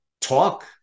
talk